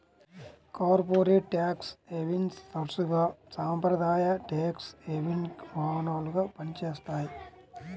corporate tax హెవెన్ని తరచుగా సాంప్రదాయ ట్యేక్స్ హెవెన్కి వాహనాలుగా పనిచేస్తాయి